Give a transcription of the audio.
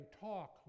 talk